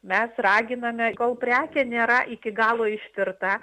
mes raginame kol prekė nėra iki galo ištirta